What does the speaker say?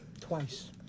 twice